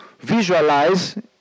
visualize